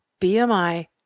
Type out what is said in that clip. BMI